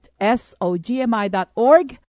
SOGMI.org